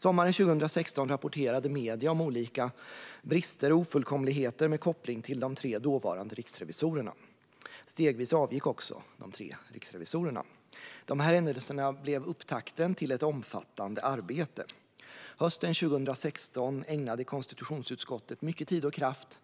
Sommaren 2016 rapporterade medierna om olika brister och ofullkomligheter med koppling till de tre dåvarande riksrevisorerna. Stegvis avgick också de tre riksrevisorerna. De här händelserna blev upptakten till ett omfattande arbete. Hösten 2016 ägnade konstitutionsutskottet mycket tid och kraft